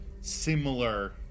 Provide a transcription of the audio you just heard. similar